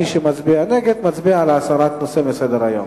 מי שמצביע נגד, מצביע על הסרת הנושא מסדר-היום.